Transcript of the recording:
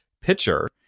pitcher